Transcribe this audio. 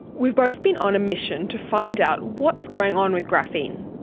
we've both been on a mission to find out what's going on with graphene,